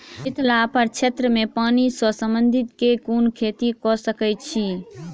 मिथिला प्रक्षेत्र मे पानि सऽ संबंधित केँ कुन खेती कऽ सकै छी?